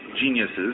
geniuses